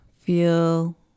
feel